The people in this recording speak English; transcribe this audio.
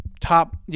top